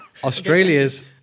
Australia's